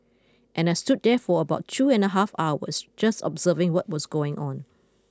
and I stood there for about two and a half hours just observing what was going on